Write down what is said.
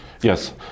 Yes